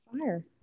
Fire